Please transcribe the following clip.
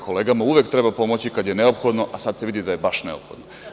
Kolegama uvek treba pomoći kada je neophodno, a sada se vidi da je baš neophodno.